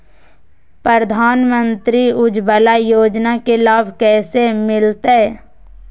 प्रधानमंत्री उज्वला योजना के लाभ कैसे मैलतैय?